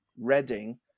Reading